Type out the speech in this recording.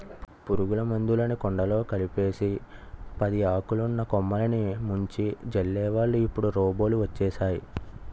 పురుగుల మందులుని కుండలో కలిపేసి పదియాకులున్న కొమ్మలిని ముంచి జల్లేవాళ్ళు ఇప్పుడు రోబోలు వచ్చేసేయ్